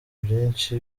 byinshi